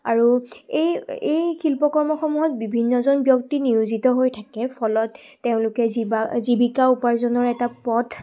আৰু এই এই শিল্পকৰ্মসমূহত বিভিন্নজন ব্যক্তি নিয়োজিত হৈ থাকে ফলত তেওঁলোকে জীৱা জীৱিকা উপাৰ্জনৰ এটা পথ